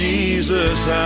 Jesus